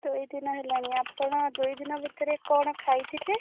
ଦୁଇ ଦିନ ହେଲାଣି ଆପଣ ଦୁଇ ଦିନ ଭିତରେ କ'ଣ ଖାଇଥିଲେ